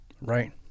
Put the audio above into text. Right